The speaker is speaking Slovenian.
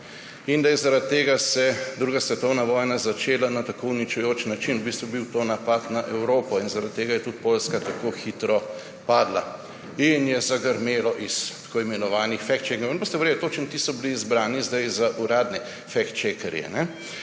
in da se je zaradi tega druga svetovna vojna začela na tako uničujoč način, v bistvu je bil to napad na Evropo in zaradi tega je tudi Poljska tako hitro padla. In je zagrmelo iz tako imenovanih fact-checkingov – ne boste verjeli, točno ti so bili izbrani zdaj za uradne fact-checkerje